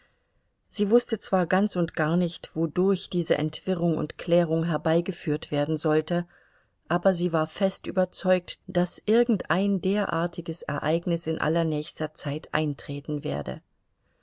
sie wußte zwar ganz und gar nicht wodurch diese entwirrung und klärung herbeigeführt werden sollte aber sie war fest überzeugt daß irgendein derartiges ereignis in allernächster zeit eintreten werde